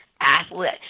Athlete